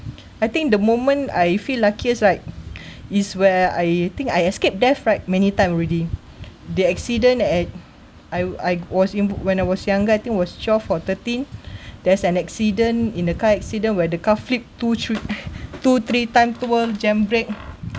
I think the moment I feel luckiest right is where I think I escaped death right many time already the accident at I I was in when I was younger I think was twelve or thirteen there's an accident in a car accident where the car flipped two three two three times tour jam brake